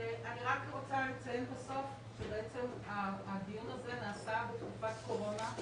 אני רק רוצה לציין בסוף שבעצם הדיון הזה נעשה בתקופת קורונה,